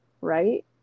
Right